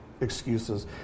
excuses